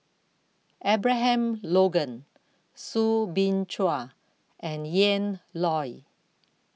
Abraham Logan Soo Bin Chua and Ian Loy